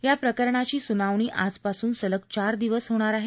या प्रकरणाची सुनावणी आजपासून सलग चार दिवस होणार आहे